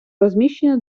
розміщення